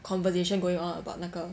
conversation going on about 那个